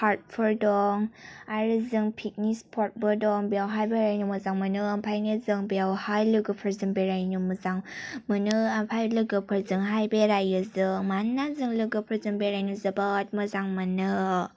पार्कफोर दं आरो जों फिकनिक स्पटबो दं बेयावहाय बेरायनो मोजां मोनो ओमफ्राय जों बेयावहाय लोगोफोरजों बेरायनो मोजां मोनो ओमफ्राय लोगोफोरजोंहाय बेरायो जों मानोना जों लोगोफोरजों बेरायनो जोबोद मोजां मोनो